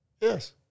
Yes